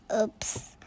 Oops